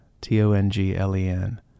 T-O-N-G-L-E-N